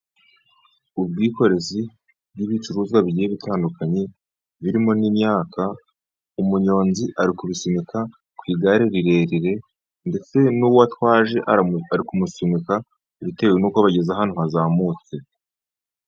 Ubwikorezi bw'ibicuruzwa bigiye bitandukanye, birimo n'imyaka umunyonzi ari kubisunika, ku igare rirerire ndetse n'uwo atwaje ari kumusunika bitewe n'uko bageze ahantu hazamutse.